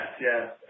yes